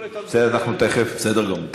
בסדר גמור.